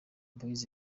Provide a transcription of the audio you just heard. boyz